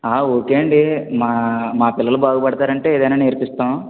ఆ ఓకే అండి మా మా పిల్లలు బాగుపడతారంటే ఏదైనా నేర్పిస్తాం